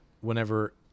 whenever